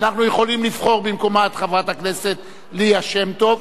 ואנחנו יכולים לבחור במקומה את חברת הכנסת ליה שמטוב,